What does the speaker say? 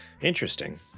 interesting